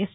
yes